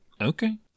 okay